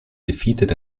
defeated